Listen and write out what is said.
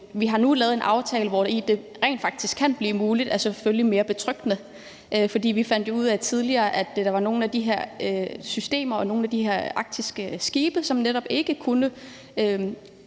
nu har vi lavet en aftale, hvor det faktisk kan blive muligt, og det er selvfølgelig mere betryggende. For vi fandt jo ud af tidligere, at der var nogle af de her systemer og de her arktiske skibe, som netop ikke kunne